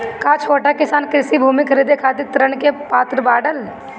का छोट किसान कृषि भूमि खरीदे खातिर ऋण के पात्र बाडन?